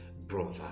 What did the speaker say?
brother